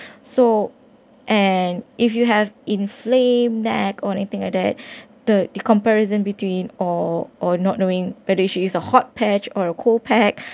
so and if you have inflame neck or anything like that the the comparison between or or not knowing whether should use a hot patch or a cold pack